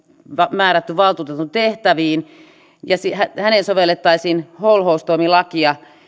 määrätty valtuutetun tehtäviin sovellettaisiin holhoustoimilakia